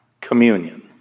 communion